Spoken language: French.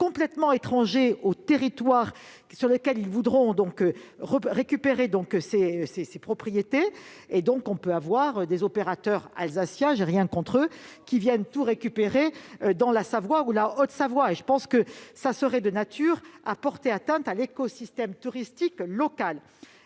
complètement étrangers au territoire sur lequel ils voudront récupérer ces propriétés. Nous pourrions ainsi voir des opérateurs alsaciens- je n'ai rien contre eux -venir tout récupérer en Savoie ou en Haute-Savoie. Ce serait, je le crois, de nature à porter atteinte à l'écosystème touristique local.